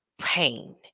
pain